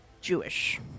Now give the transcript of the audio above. Jewish